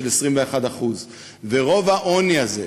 של 21%. ורוב העוני הזה,